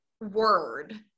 word